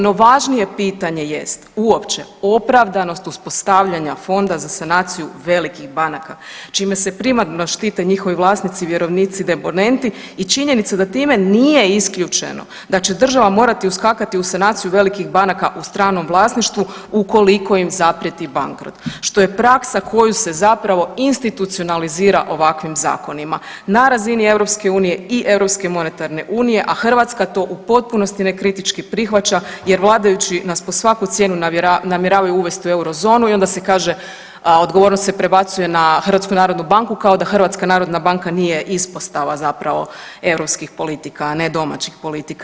No važnije pitanje jest uopće opravdanost uspostavljanja fonda za sanaciju velikih banaka čime se primarno štite njihovi vlasnici, vjerovnici i deponenti i činjenica da time nije isključeno da će država morati uskakati u sanaciju velikih banaka u stranom vlasništvu ukoliko im zaprijeti bankrot što je praksa koju se zapravo institucionalizira ovakvim zakonima na razini EU i Europske monetarne unije, a Hrvatska to u potpunosti nekritički prihvaća jer vladajući nas po svaku cijenu namjeravaju uvesti u eurozonu i onda se kaže, odgovornost se prebacuje na HNB kao da HNB nije ispostava zapravo europskih politika, a ne domaćih politika.